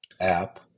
app